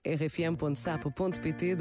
rfm.sapo.pt